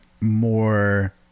more